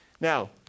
Now